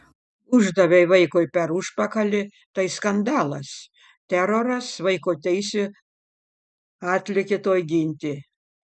uždavei vaikui per užpakalį tai skandalas teroras vaiko teisių atlėkė tuoj ginti